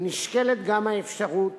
נשקלת גם האפשרות